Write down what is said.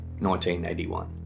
1981